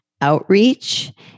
outreach